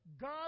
God